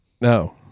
No